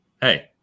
Hey